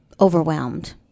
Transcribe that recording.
overwhelmed